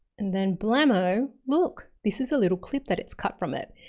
and then blammo! look, this is a little clip that it's cut from it,